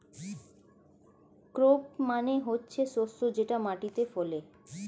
crop মানে হচ্ছে শস্য যেটা মাটিতে ফলে